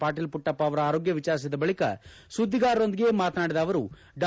ಪಾಟೀಲ ಪುಟ್ಟಪ್ಪ ಅವರ ಆರೋಗ್ಯ ವಿಚಾರಿಸಿದ ಬಳಿಕ ಸುದ್ದಿಗಾರರೊಂದಿಗೆ ಮಾತನಾಡಿದ ಅವರು ಡಾ